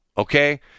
Okay